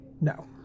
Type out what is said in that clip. No